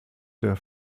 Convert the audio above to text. der